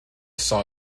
saw